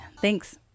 Thanks